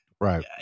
Right